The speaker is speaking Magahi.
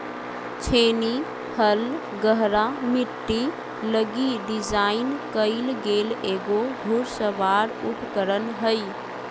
छेनी हल गहरा मिट्टी लगी डिज़ाइन कइल गेल एगो घुड़सवार उपकरण हइ